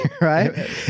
right